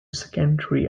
secondary